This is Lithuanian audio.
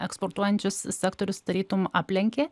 eksportuojančius sektorius tarytum aplenkė